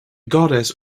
goddess